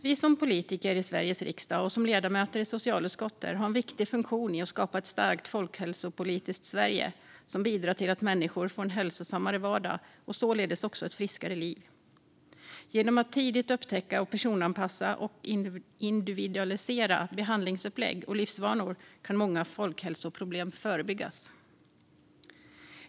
Vi politiker i Sveriges riksdag och ledamöter i socialutskottet har en viktig funktion i att skapa ett starkt folkhälsopolitiskt Sverige som bidrar till att människor får en hälsosammare vardag och således också ett friskare liv. Genom att tidigt upptäcka, personanpassa och individualisera behandlingsupplägg och livsvanor kan många folkhälsoproblem förebyggas.